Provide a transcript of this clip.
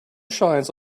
shines